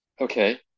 Okay